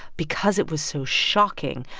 because it was so shocking,